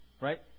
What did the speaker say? Right